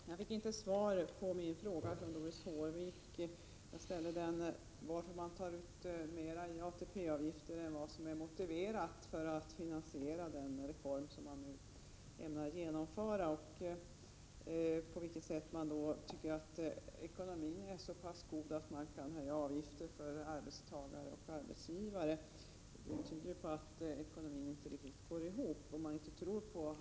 Herr talman! Doris Håvik gav mig inget svar på min fråga. Jag frågade varför man tar ut mera i ATP-avgifter än vad som är motiverat för att finansiera den reform som man nu ämnar genomföra. Vidare frågade jag hur man kan tycka att ekonomin är så pass god att man kan höja avgifter för arbetstagare och arbetsgivare. Det tyder på att det inte riktigt går ihop ekonomiskt.